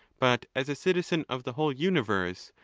but as a citizen of the whole universe,